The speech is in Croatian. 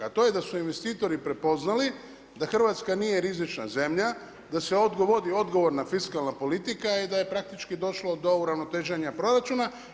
A to je da su investitori prepoznali da Hrvatska nije rizična zemlja, da se ovdje vodi odgovorna fiskalna politika i da je praktički došlo do uravnoteženja proračuna.